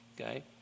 okay